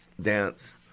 dance